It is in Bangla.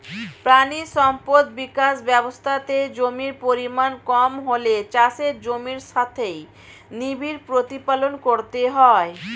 প্রাণী সম্পদ বিকাশ ব্যবস্থাতে জমির পরিমাণ কম হলে চাষের জমির সাথেই নিবিড় প্রতিপালন করতে হয়